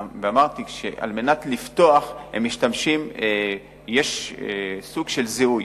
ועל מנת לפתוח יש סוג של זיהוי.